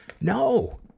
No